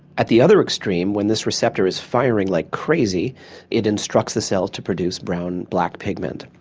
at the other extreme when this receptor is firing like crazy it instructs the cell to produce brown black pigment.